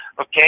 okay